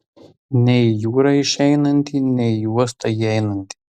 nei į jūrą išeinantį nei į uostą įeinantį